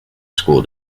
school